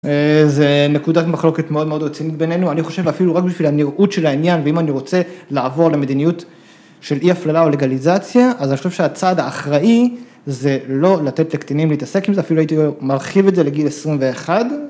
זה נקודת מחלוקת מאוד מאוד רצינית בינינו, אני חושב אפילו רק בשביל הנראות של העניין, ואם אני רוצה לעבור למדיניות של אי-הפללה או לגליזציה, אז אני חושב שהצעד האחראי זה לא לתת לקטינים להתעסק עם זה, אפילו הייתי מרחיב את זה לגיל 21.